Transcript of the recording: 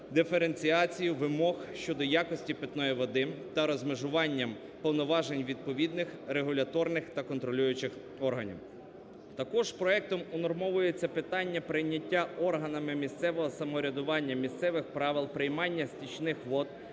диференціацією вимог щодо якості питної води та розмежуванням повноважень відповідних регуляторних та контролюючих органів. Також проектом унормовується питання прийняття органами місцевого самоврядування місцевих правил приймання стічних вод,